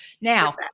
Now